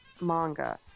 manga